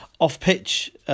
off-pitch